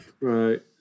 right